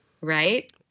right